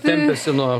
tempiasi nuo